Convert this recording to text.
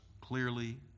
clearly